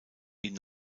ihn